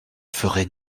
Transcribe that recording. ferais